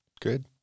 good